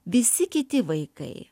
visi kiti vaikai